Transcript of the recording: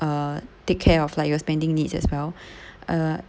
uh take care of like your spending needs as well uh